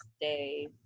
day